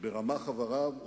ברמ"ח איבריו.